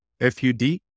FUD